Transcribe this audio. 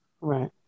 Right